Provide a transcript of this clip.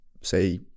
say